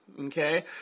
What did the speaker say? Okay